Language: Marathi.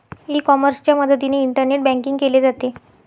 ई कॉमर्सच्या मदतीने इंटरनेट बँकिंग केले जाते